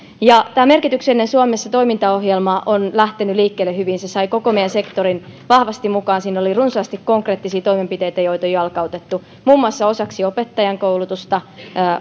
ja tämä merkityksellinen suomessa toimintaohjelma on lähtenyt liikkeelle hyvin se sai koko meidän sektorin vahvasti mukaan siinä oli runsaasti konkreettisia toimenpiteitä joita on jo jalkautettu muun muassa osaksi opettajankoulutusta